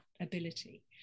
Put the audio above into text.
ability